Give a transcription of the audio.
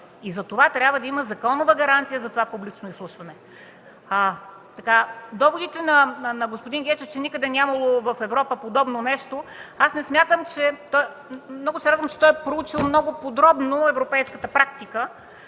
и затова трябва да има законова гаранция за това публично изслушване. Доводите на господин Гечев, че никъде нямало в Европа подобно нещо – аз много се радвам, че той е проучил много подробно европейската практика